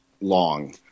long